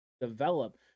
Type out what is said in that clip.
develop